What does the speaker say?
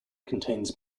contains